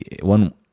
one